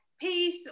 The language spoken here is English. peace